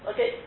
Okay